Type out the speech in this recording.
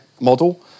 model